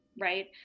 right